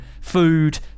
food